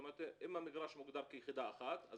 אם המגרש מוגדר כיחידה אחת,